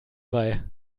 bei